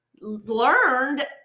learned